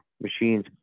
machines